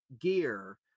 gear